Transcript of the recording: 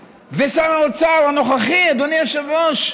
היושב-ראש, ושר האוצר נוכחי, אדוני היושב-ראש,